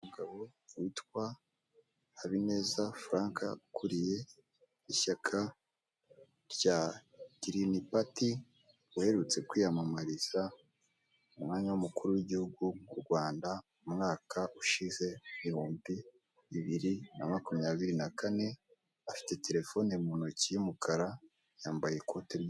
Umugabo witwa Habineza Frank ukuriye ishyaka rya girini pati uherutse kwiyamamariza umwanya w'umukuru w'igihugu w'u Rwanda umwaka ushize ibihumbi bibiri na makumyabiri na kane, afite terefone mu ntoki y'umukara yambaye ukote.